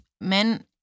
men